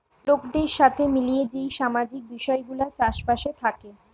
লোকদের সাথে মিলিয়ে যেই সামাজিক বিষয় গুলা চাষ বাসে থাকে